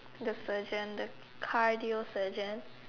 the surgeon the cardio surgeon